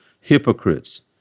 Hypocrites